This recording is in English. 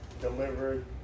delivered